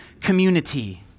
community